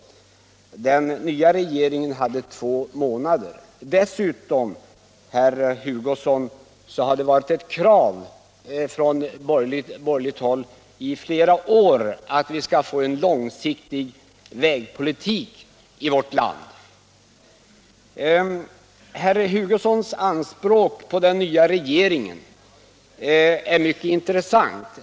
Den nya regeringen hade två månader. Dessutom, herr Hugosson, har det varit ett krav från borgerligt håll i flera år att vi skall få en långsiktig vägpolitik i vårt land. Herr Hugossons anspråk på den nya regeringen är mycket intressant.